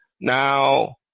Now